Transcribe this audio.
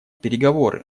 переговоры